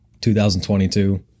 2022